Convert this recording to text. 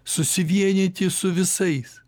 susivienyti su visais